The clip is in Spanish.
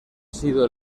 sido